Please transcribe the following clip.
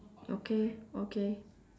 okay okay